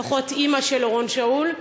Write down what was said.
לפחות אימא של אורון שאול.